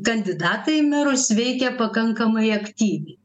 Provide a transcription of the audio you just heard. kandidatai į merus veikė pakankamai aktyviai